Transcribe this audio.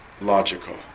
logical